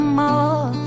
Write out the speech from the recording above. more